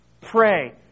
pray